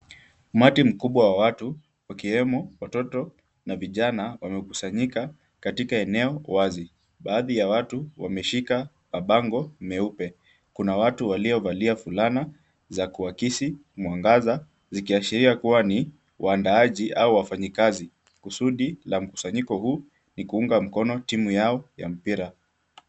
Umati mkubwa wa watu wakiwemo watoto na vijana wamekusanyika katika eneo wazi. Baadhi ya watu wameshika mabango meupe, kuna watu waliovalia fulana za kuakisi mwangaza zikiashiria kuwa ni waandaji au wafanyikazi . Kusudi la mkusanyiko huu ni kuunga mkono timu yao ya mpira.